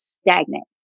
stagnant